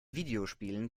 videospielen